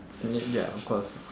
I mean ya of course